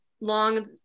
long